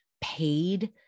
paid